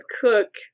cook